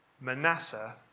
Manasseh